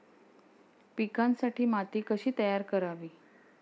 पिकांसाठी माती कशी तयार करावी?